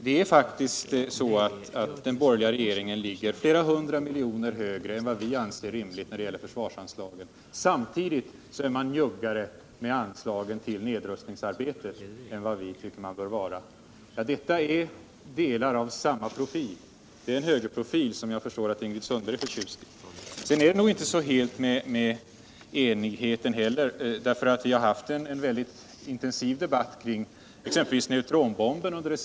Det är faktiskt så att den borgerliga regeringen ligger flera hundra miljoner kronor högre än vi anser rimligt när det gäller försvarsanslagen. Samtidigt är man njuggare med anslagen till nedrustningsarbetet än vi anser att man bör vara. Detta är delar av samma profil — det är en högerprofil, som jag förstår att Ingrid Sundberg är förtjust i. Sedan är det nog inte så helt med enigheten heller. Vi har exempelvis under det senaste halvåret haft en intensiv debatt om neutronbomben.